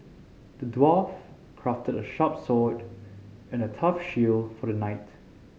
the dwarf crafted a sharp sword and a tough shield for the knight